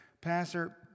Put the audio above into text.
Pastor